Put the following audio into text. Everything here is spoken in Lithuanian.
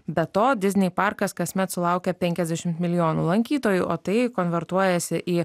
be to diznei parkas kasmet sulaukia penkiasdešimt milijonų lankytojų o tai konvertuojasi į